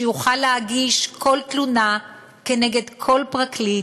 שיוכל להגיש כל תלונה נגד כל פרקליט,